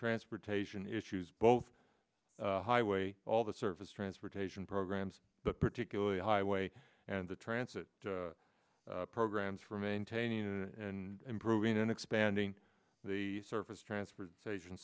transportation issues both highway all the surface transportation programs particularly highway and the transit programs for maintaining and improving and expanding the surface transportation